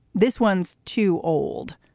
this one's too old.